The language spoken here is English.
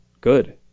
good